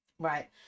Right